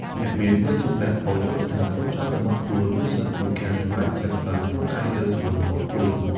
អ្នកមានវ័យចំណាស់ក៏យល់ថា កូនចៅរបស់ខ្លួនមានសិទ្ធិក្នុងការសម្រេចចិត្តដោយខ្លួនឯងលើជីវិតផ្ទាល់ខ្លួន។